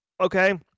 Okay